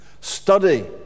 Study